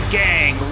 gang